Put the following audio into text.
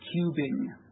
cubing